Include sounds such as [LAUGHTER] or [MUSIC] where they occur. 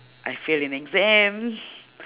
I fail in exam [BREATH]